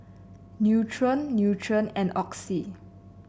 Nutren Nutren and Oxy